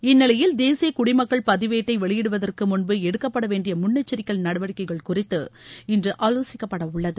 இந்நிலையில் தேசிய குடிமக்கள் பதிவேட்டை வெளியிடுவதற்கு முன்பு எடுக்கப்பட வேண்டிய முன்னெச்சரிக்கை நடவடிக்கைகள் குறித்து இன்று ஆலோசிக்கப்படவுள்ளது